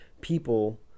people